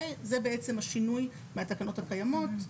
זה בעצם השינוי מהתקנות הקיימות,